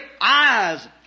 eyes